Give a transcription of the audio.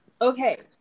Okay